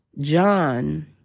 John